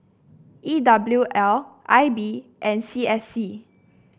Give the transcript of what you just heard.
E W L I B and C S C